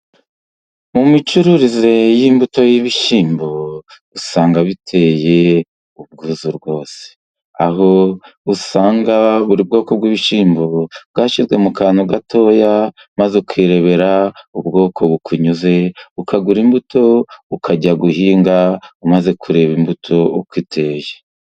Mu micuruze y'imbuto y'ibishyimbo usanga biteye ubwuzu rwose. Aho usanga buri bwoko bw'ibishyimbo bwashyizwe mu kantu gatoya, maze ukirebera ubwoko bukunyuze. Ukagura imbuto ukajya guhinga umaze kureba imbuto uko iteye.